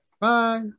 Bye